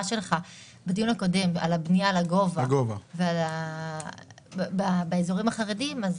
שלך בדיון הקודם על הבנייה לגובה ועל האזורים החרדים אז